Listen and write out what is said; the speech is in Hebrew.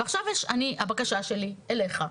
ועכשיו הבקשה שלי אליך,